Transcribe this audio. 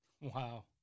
Wow